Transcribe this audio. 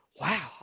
Wow